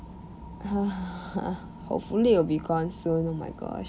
hopefully it will be gone soon oh my gosh